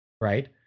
Right